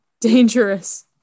dangerous